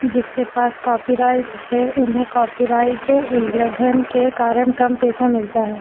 जिसके पास कॉपीराइट है उन्हें कॉपीराइट उल्लघन के कारण कम पैसा मिलता है